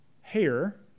Hair